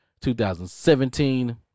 2017